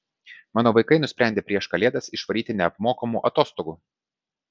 mano vaikai nusprendė prieš kalėdas išvaryti neapmokamų atostogų